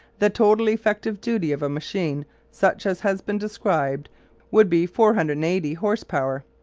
the total effective duty of a machine such as has been described would be four hundred and eighty horse-power.